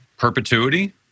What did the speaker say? Perpetuity